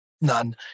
none